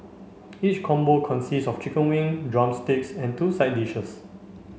each combo consists of chicken wing drumsticks and two side dishes